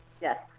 Yes